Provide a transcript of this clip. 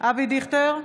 אבי דיכטר,